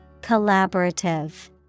Collaborative